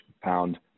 pound